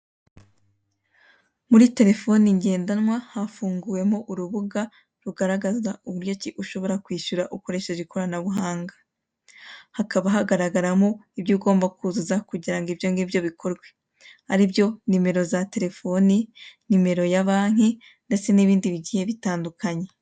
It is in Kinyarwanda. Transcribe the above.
Muri telefoni ngendanwa hafunguwemo urubuga rugaragaza uburyo ki ushobora kwishyura ukoresheje ikoranabuhanga. Hakaba hagaragaramo ibyo ugomba kuzuza kugira ngo ibyo ngibyo bikorwe. Aribyo nimero za telefoni, nimero ya banki ndetse n'ibindi bigiye bitandukanye.